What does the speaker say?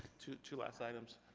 two two last items.